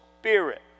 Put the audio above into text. spirit